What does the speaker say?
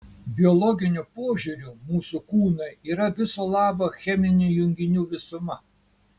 biologiniu požiūriu mūsų kūnai yra viso labo cheminių junginių visuma